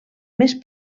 més